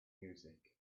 music